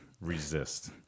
Resist